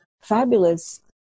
fabulous